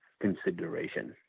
consideration